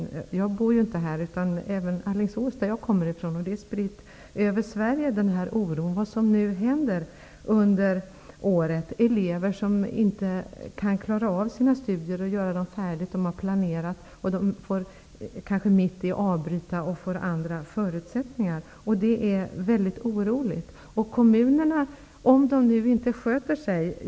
Oron över vad som nu händer finns också i Alingsås, där jag bor, och i landet i övrigt. Vad som nu händer under det här året är att elever inte kan fullfölja sina studier så som de planerat. De får kanske avbryta dem och får ändrade förutsättningar. Det är mycket oroande.